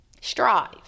Strive